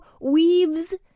weaves –